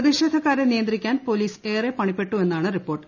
പ്രതിഷേധക്കാരെ നിയന്ത്രിക്കാൻ പോലീസ് ഏറെ പണിപ്പെട്ടുവെന്നാണ് റിപ്പോർട്ട്